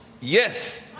Yes